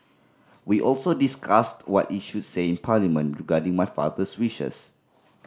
we also discussed what is should say in Parliament regarding my father's wishes